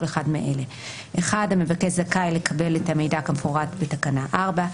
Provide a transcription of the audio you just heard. אחד מאלה: המבקש זכאי לקבל את המידע כמפורט בתקנה 4,